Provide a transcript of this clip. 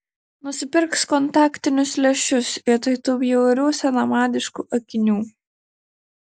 nusipirks kontaktinius lęšius vietoj tų bjaurių senamadiškų akinių